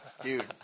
dude